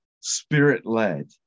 spirit-led